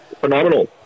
phenomenal